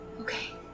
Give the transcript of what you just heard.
Okay